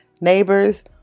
neighbors